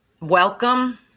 welcome